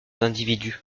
d’individus